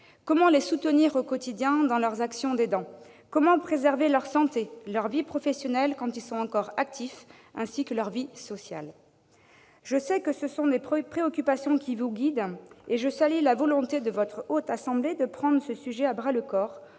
Comment les soutenir au quotidien dans leur action d'aidant ? Comment préserver leur santé, leur vie professionnelle quand ils sont encore actifs, ainsi que leur vie sociale ? Je sais que ce sont les préoccupations qui vous guident, et je salue la volonté de la Haute Assemblée de prendre ce sujet à bras-le-corps,